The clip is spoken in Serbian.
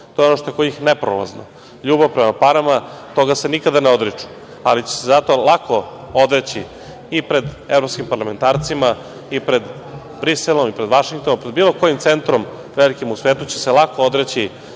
To je ono što je kod njih neprolazno, ljubav prema parama, toga se nikada ne odričemo, ali će se zato lako odreći i pred evropskim parlamentarcima i pred Briselom i pred Vašingtonom, pred bilo kojim centrom velikim, u svetu će se lako odreći